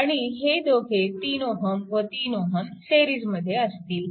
आणि हे दोघे 3Ω व 3Ω सिरीजमध्ये असतील